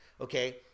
okay